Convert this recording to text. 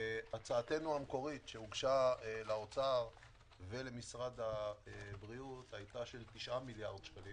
הצעתנו המקורית שהוגשה לאוצר ולמשרד הבריאות היתה של 9 מיליארד שקלים